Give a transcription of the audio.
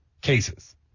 cases